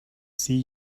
see